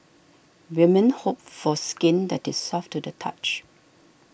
women hope for skin that is soft to the touch